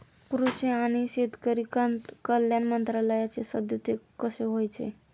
कृषी आणि शेतकरी कल्याण मंत्रालयाचे सदस्य कसे व्हावे?